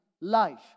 life